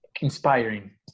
inspiring